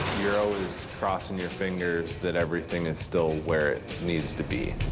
you're always crossing your fingers that everything is still where it needs to be.